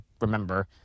remember